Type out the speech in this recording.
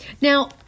Now